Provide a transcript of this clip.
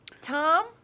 Tom